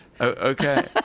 Okay